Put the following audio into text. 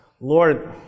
Lord